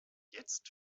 jetzt